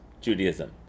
Judaism